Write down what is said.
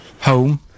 home